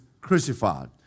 crucified